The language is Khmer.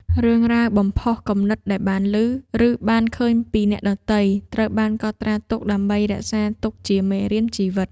រឿងរ៉ាវបំផុសគំនិតដែលបានឮ ឬបានឃើញពីអ្នកដទៃ ត្រូវបានកត់ត្រាទុកដើម្បីរក្សាទុកជាមេរៀនជីវិត។